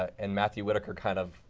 and matthew whitaker kind of